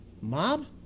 mob